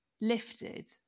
lifted